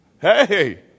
Hey